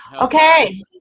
Okay